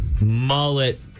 mullet